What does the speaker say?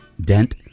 dent